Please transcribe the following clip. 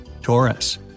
Taurus